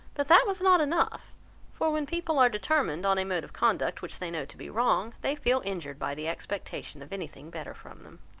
but that was not enough for when people are determined on a mode of conduct which they know to be wrong, they feel injured by the expectation of any thing better from them.